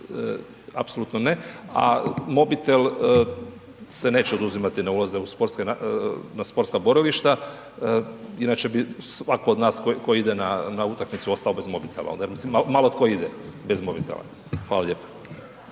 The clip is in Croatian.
apsolutno ne. A mobitel se neće oduzimati na ulazima na sportska borilišta. Inače bi svatko od nas tko ide na utakmicu ostao bez mobitela. Mislim malo tko ide bez mobitela. Hvala lijepo.